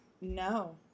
No